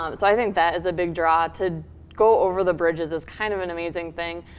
um so i think that is a big draw. to go over the bridges is kind of an amazing thing.